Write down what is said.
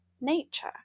nature